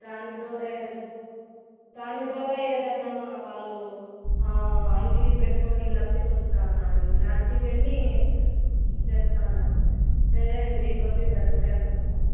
దాని ద్వారా ఏదైనా దాని ద్వారా ఏదైనా వాళ్ళు అంగడి పెట్టుకుని లబ్ది పొందుతున్నారు ఇలాంటివన్నీ చేస్తున్నారు సరే అండి గోపి గారు ఉంటాను